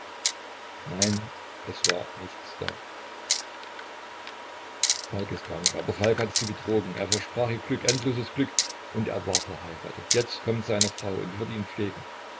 nein es war nichts da falk ist krank aber falk hat sie betrogen er versprach ihr glück endloses glück und er war verheiratet jetzt kommt seine frau und wird ihn pflegen